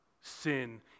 sin